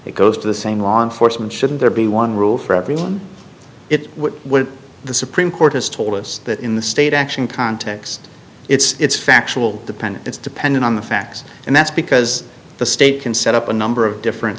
it goes to the same law enforcement shouldn't there be one rule for everyone it what will the supreme court has told us that in the state action context it's factual dependent it's dependent on the facts and that's because the state can set up a number of different